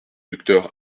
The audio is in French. docteur